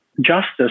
justice